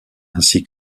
ainsi